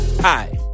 Hi